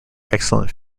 excellent